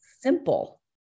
simple